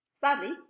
Sadly